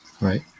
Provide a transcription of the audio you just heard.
Right